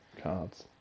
cards